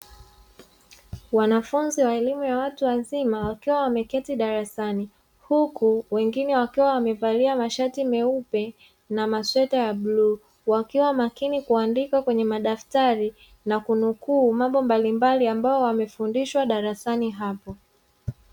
Wanafunzi wa elimu ya watu wazima wakiwa wameketi darasani, huku wengine wakiwa wamevalia mashati meupe na masweta ya bluu ,wakiwa makini kuandika kwenye madaftari na kunukuu mambo mbalimbali ambayo wamefundishwa darasani hapo.